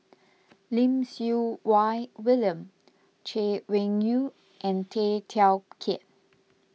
Lim Siew Wai William Chay Weng Yew and Tay Teow Kiat